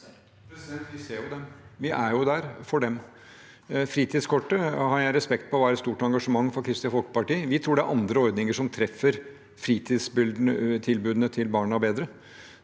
vi er der for dem. Fritidskortet har jeg respekt for at var et stort engasjement for Kristelig Folkeparti. Vi tror det er andre ordninger som treffer fritidstilbudene til barna bedre.